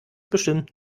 bestimmt